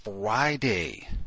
Friday